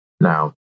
now